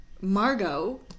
Margot